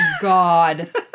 god